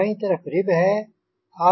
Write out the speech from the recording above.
बायीं तरफ़ रिब है आप रिब देख सकते हैं